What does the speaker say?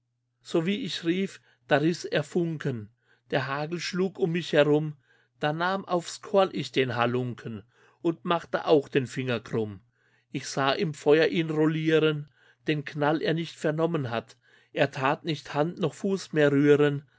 so wie ich rief da riß er funken der hagel schlug um mich herum da nahm aufs korn ich den halunken und machte auch den finger krumm ich sah im feuer ihn roullieren den knall er nicht vernommen hat er tat nicht hand noch fuß mehr rühren